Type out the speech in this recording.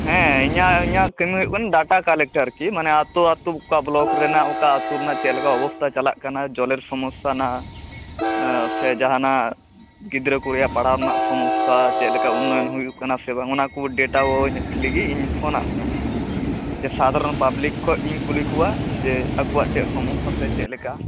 ᱦᱮᱸ ᱤᱧᱟᱹᱜ ᱤᱧᱟᱹᱜ ᱠᱟᱹᱢᱤ ᱦᱩᱭᱩᱜ ᱠᱟᱱᱟ ᱰᱟᱴᱟ ᱠᱟᱞᱮᱠᱴ ᱟᱨᱠᱤ ᱢᱟᱱᱮ ᱟᱹᱛᱩ ᱟᱹᱛᱩ ᱚᱠᱟ ᱵᱚᱞᱚᱠ ᱨᱮᱱᱟᱜ ᱚᱠᱟ ᱟᱹᱛᱩ ᱨᱮᱱᱟᱜ ᱪᱮᱫ ᱞᱮᱠᱟ ᱚᱵᱚᱥᱛᱟ ᱪᱟᱞᱟᱜ ᱠᱟᱱᱟ ᱡᱚᱞᱮᱨ ᱥᱚᱢᱳᱥᱟ ᱦᱮᱱᱟᱜᱼᱟ ᱥᱮ ᱡᱟᱦᱟᱱᱟᱜ ᱜᱤᱫᱽᱨᱟᱹ ᱠᱚᱣᱟᱜ ᱯᱟᱲᱦᱟᱣ ᱨᱮᱱᱟᱜ ᱥᱚᱢᱳᱥᱟ ᱪᱮᱫ ᱞᱮᱠᱟ ᱩᱱᱱᱚᱭᱚᱱ ᱦᱩᱭᱩᱜ ᱠᱟᱱᱟ ᱥᱮ ᱵᱟᱝ ᱚᱱᱟᱠᱚ ᱰᱮᱴᱟ ᱞᱟᱹᱜᱤᱫ ᱤᱧ ᱯᱷᱳᱱᱟᱫ ᱢᱮᱭᱟ ᱥᱟᱫᱷᱟᱨᱚᱱ ᱯᱟᱵᱞᱤᱠ ᱠᱷᱚᱱ ᱤᱧ ᱠᱩᱞᱤ ᱠᱚᱣᱟ ᱡᱮ ᱟᱠᱚᱣᱟ ᱪᱮᱫ ᱥᱚᱢᱳᱥᱟ ᱥᱮ ᱪᱮᱫ ᱞᱮᱠᱟ